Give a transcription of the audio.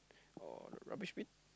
or rubbish bin